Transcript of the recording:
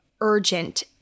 urgent